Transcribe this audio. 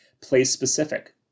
place-specific